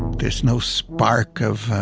there's no spark of ah,